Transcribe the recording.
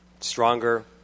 stronger